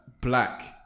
black